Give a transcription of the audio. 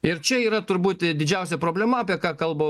ir čia yra turbūt didžiausia problema apie ką kalba